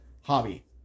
hobby